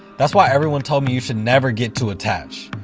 that's why everyone told me you should never get too attached,